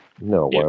No